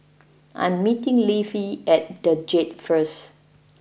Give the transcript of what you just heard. I'm meeting Leif at The Jade first